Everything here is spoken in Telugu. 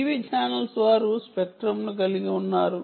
టీవీ ఛానెల్స్ వారు స్పెక్ట్రంను కలిగి ఉన్నారు